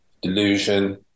delusion